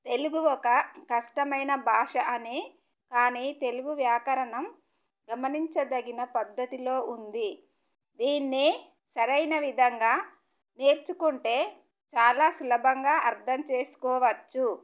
తెలుగు ఒక కష్టమైన భాష అని కానీ తెలుగు వ్యాకరణం గమనించదగిన పద్ధతిలో ఉంది దీన్ని సరైన విధంగా నేర్చుకుంటే చాలా సులభంగా అర్థం చేసుకోవచ్చు